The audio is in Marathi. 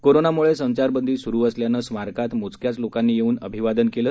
कोरोनामुळे संचारबंदी सुरू असल्यानं स्मारकात मोजक्याच लोकांनी येऊन अभिवादन केलं